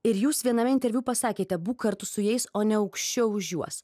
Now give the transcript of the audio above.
ir jūs viename interviu pasakėte buk kartu su jais o ne aukščiau už juos